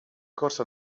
corso